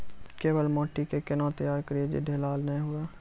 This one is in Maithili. केवाल माटी के कैना तैयारी करिए जे ढेला नैय हुए?